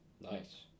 Nice